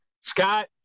Scott